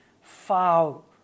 foul